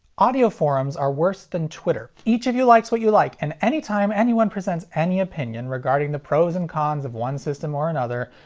audio forums are worse than twitter, each of you likes what you like and anytime anyone presents any opinion regarding the pros and cons of one system over another,